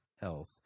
health